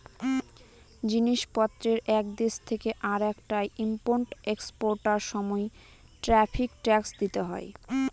জিনিস পত্রের এক দেশ থেকে আরেকটায় ইম্পোর্ট এক্সপোর্টার সময় ট্যারিফ ট্যাক্স দিতে হয়